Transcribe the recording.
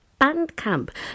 Bandcamp